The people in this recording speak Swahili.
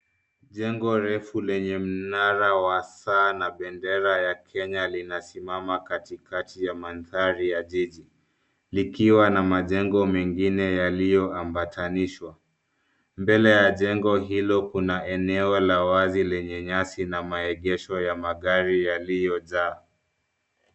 Jengo refu lenye mnara wa saa na bendera ya Kenya linasimama katikati ya mandhari ya jiji, likiwa na majengo mengine yaliyoambatanishwa. Mbele ya jengo hilo kuna eneo la wazi lenye nyasi na maegesho ya magari yaliyojaa.